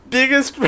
Biggest